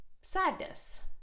sadness